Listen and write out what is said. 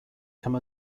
become